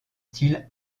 styles